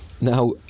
now